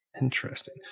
Interesting